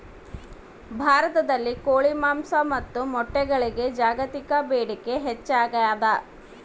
ಭಾರತದಲ್ಲಿ ಕೋಳಿ ಮಾಂಸ ಮತ್ತು ಮೊಟ್ಟೆಗಳಿಗೆ ಜಾಗತಿಕ ಬೇಡಿಕೆ ಹೆಚ್ಚಾಗ್ಯಾದ